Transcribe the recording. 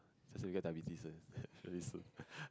just that you get diabetes eh very soon